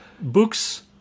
Books